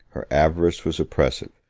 her avarice was oppressive,